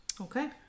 Okay